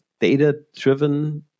data-driven